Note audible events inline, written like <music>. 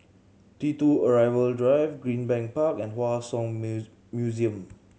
T Two Arrival Drive Greenbank Park and Hua Song <unintelligible> Museum